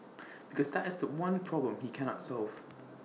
because that is The One problem he cannot solve